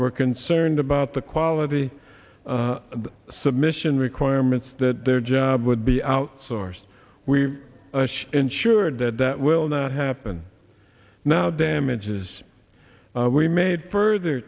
were concerned about the quality submission requirements that their job would be outsourced we ensured that that will not happen now damages we made further